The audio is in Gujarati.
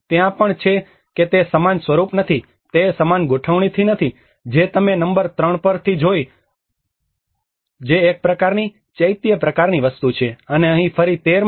ત્યાં પણ છે કે તે સમાન સ્વરૂપ નથી તે સમાન ગોઠવણીની નથી જે તમે નંબર 3 પરથી જોઈ શકો છો જે એક પ્રકારની ચૈત્ય પ્રકારની વસ્તુ છે અને અહીં ફરી 13 માં